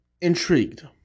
intrigued